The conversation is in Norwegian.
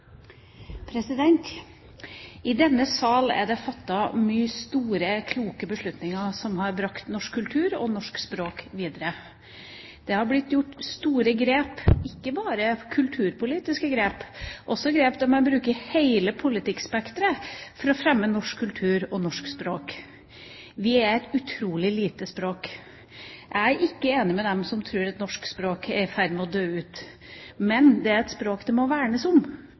det fattet mange store, kloke beslutninger som har brakt norsk kultur og norsk språk videre. Det har blitt gjort store grep, ikke bare kulturpolitiske grep, men også grep der man bruker hele politikkspekteret for å fremme norsk kultur og norsk språk. Norsk er et utrolig lite språk. Jeg er ikke enig med dem som tror at det norske språk er i ferd med å dø ut, men det er et språk det må vernes om.